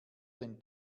den